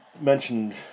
mentioned